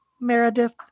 Meredith